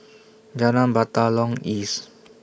Jalan Batalong East